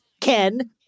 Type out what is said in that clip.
Ken